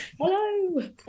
Hello